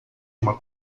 uma